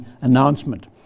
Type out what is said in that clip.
announcement